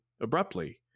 abruptly